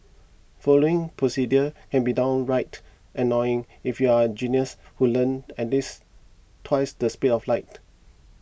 following procedures can be downright annoying if you're a genius who learns at this twice the speed of light